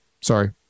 sorry